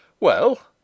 Well